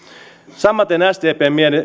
samaten sdpn mielestä